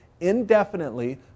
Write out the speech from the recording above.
indefinitely